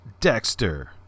Dexter